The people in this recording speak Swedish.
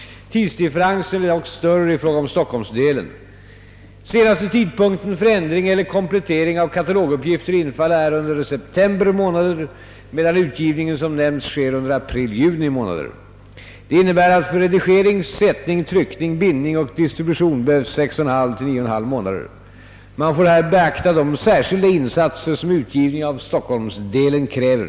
Tidsdifferensen är dock större i fråga om Stockholmsdelen. Senaste tidpunkten för ändring eller komplettering av kataloguppgifter infaller här under september månad, medan utgivningen såsom nämnts sker under april—juni månader. Det innebär, att för redigering, sättning, tryckning, bindning och distribution behövs 6! 2 månader. Man får här beakta de särskilda insatser, som utgivningen av Stockholmsdelen kräver.